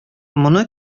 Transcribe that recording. моны